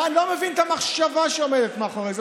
אני לא מבין את המחשבה שעומדת מאחורי זה.